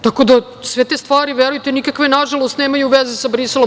Tako da, sve te stvari verujte nikakve nažalost nemaju veze sa Briselom.